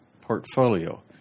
Portfolio